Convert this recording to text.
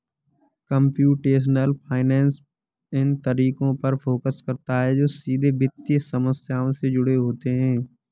computational finance इन तरीकों पर फोकस करता है जो सीधे वित्तीय समस्याओं से जुड़े होते हैं